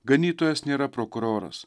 ganytojas nėra prokuroras